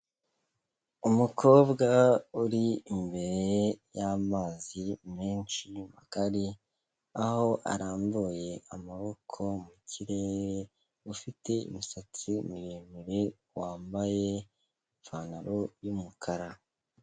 Umukobwa uri imbere y'amazi menshi magari, aho arambuye amaboko mu kirere, ufite imisatsi miremire wambaye ipantaro y'umukara.